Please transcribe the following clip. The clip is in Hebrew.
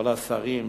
כל השרים,